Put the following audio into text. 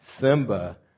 Simba